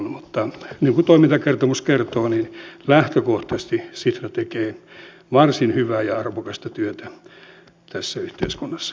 mutta niin kuin toimintakertomus kertoo lähtökohtaisesti sitra tekee varsin hyvää ja arvokasta työtä tässä yhteiskunnassa